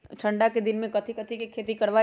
ठंडा के दिन में कथी कथी की खेती करवाई?